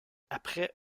après